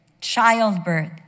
childbirth